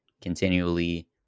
continually